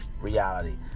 reality